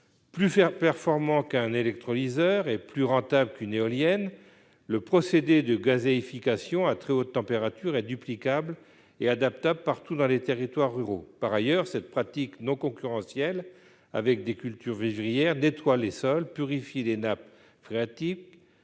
Plus performant qu'un électrolyseur et plus rentable qu'une éolienne, le procédé de gazéification à très haute température est duplicable et adaptable partout dans les territoires ruraux. Par ailleurs, cette pratique, qui n'entre pas en concurrence avec les cultures vivrières, nettoie les sols, purifie les nappes phréatiques,